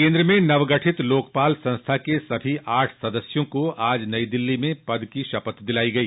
केन्द्र में नवगठित लोकपाल संस्था के सभी आठ सदस्यों को आज नई दिल्ली में पद की शपथ दिलाई गई